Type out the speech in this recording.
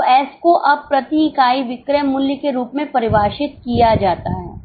तो S को अब प्रति इकाई विक्रय मूल्य के रूप में परिभाषित किया जाता है